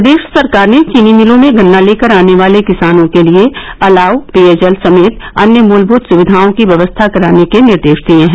प्रदेश सरकार ने चीनी मिलों में गन्ना लेकर आने वाले किसानों के लिए अलाव पेयजल समेत अन्य मूलभूत सुविधाओं की व्यवस्था कराने के निर्देश दिये हैं